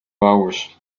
hours